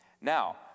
Now